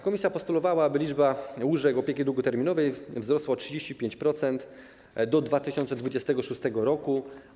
Komisja postulowała, aby liczba łóżek opieki długoterminowej wzrosła o 35% do 2026 r.